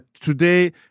today